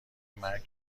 مرگ